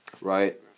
Right